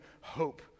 hope